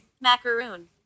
Macaroon